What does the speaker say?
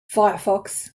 firefox